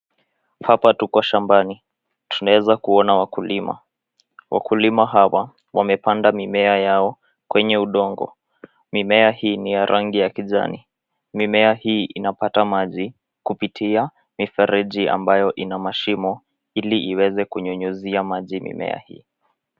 Hapa tuko shambani. Tunaeza kuona wakulima. Wakulima hawa wamepanda mimea yao kwenye udongo. Mimea hii ni ya rangi ya kijani. Mimea hii inapata maji kupitia mifereji ambayo ina mashimo ili iweza kunyunyizia maji mimea hii.